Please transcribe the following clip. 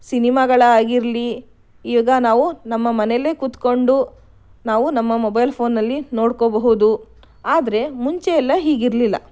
ಸಿನಿಮಾಗಳಾಗಿರಲಿ ಈಗ ನಾವು ನಮ್ಮ ಮನೆಯಲ್ಲೇ ಕೂತ್ಕೊಂಡು ನಾವು ನಮ್ಮ ಮೊಬೈಲ್ ಫೋನ್ನಲ್ಲಿ ನೋಡ್ಕೋಬಹುದು ಆದರೆ ಮುಂಚೆ ಎಲ್ಲ ಹೀಗಿರಲಿಲ್ಲ